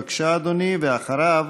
בבקשה, אדוני, ואחריו,